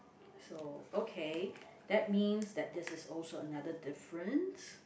so okay that means that this is also another difference